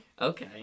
Okay